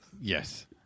Yes